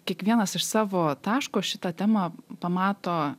kiekvienas iš savo taško šitą temą pamato